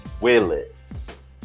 Willis